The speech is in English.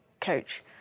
coach